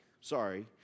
Sorry